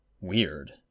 Weird